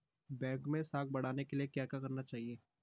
Bank मैं साख बढ़ाने के लिए क्या क्या करना चाहिए?